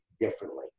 differently